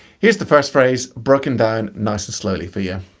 here's the first phrase broken down nice and slowly for you.